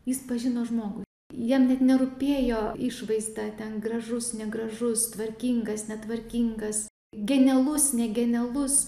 jis pažino žmogų jam net nerūpėjo išvaizda ten gražus negražus tvarkingas netvarkingas genialus ne genialus